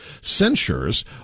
censures